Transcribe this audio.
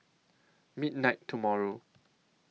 midnight tomorrow